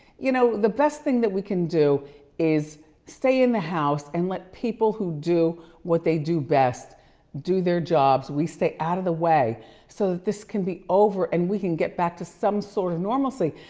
you know the best thing that we can do is stay in the house and let the people who do what they do best do their jobs. we stay out of the way so that this can be over and we can get back to some sort of normalcy.